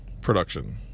production